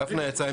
דפנה יצאה.